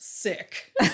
sick